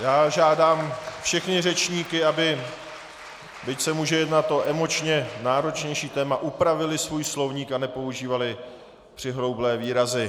Já žádám všechny řečníky, aby, byť se může jednat o emočně náročnější téma, upravili svůj slovník a nepoužívali přihroublé výrazy.